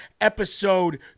episode